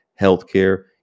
healthcare